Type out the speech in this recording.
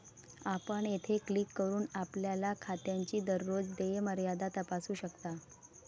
आपण येथे क्लिक करून आपल्या खात्याची दररोज देय मर्यादा तपासू शकता